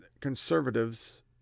conservatives